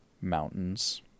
mountains